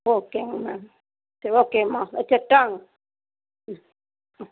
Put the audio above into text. ஓகேங்க மேம் சரி ஓகேம்மா வச்சிரட்டா ம் ம்